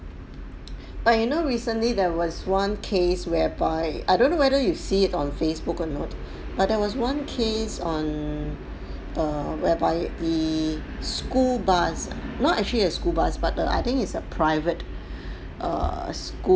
but you know recently there was one case whereby I don't know whether you see it on facebook or not but there was one case on err whereby the school bus not actually a school bus but err I think it's a private err